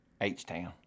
H-Town